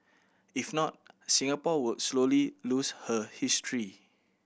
if not Singapore would slowly lose her history